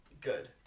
good